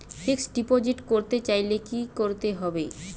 Fixed deposit করতে চাইলে কি করতে হবে?